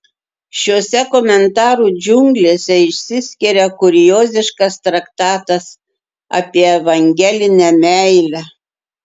šiose komentarų džiunglėse išsiskiria kurioziškas traktatas apie evangelinę meilę